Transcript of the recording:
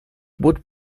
would